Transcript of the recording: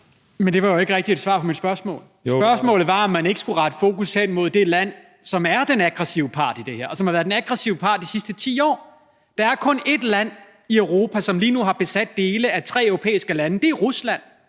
Men det var jo ikke rigtig noget svar på mit spørgsmål. Spørgsmålet var, om ikke man skulle rette fokus hen mod det land, som er den aggressive part i det her, og som har været den aggressive part i de sidste 10 år. Der er kun et land i Europa, som lige nu har besat dele af tre europæiske lande: Det er Rusland.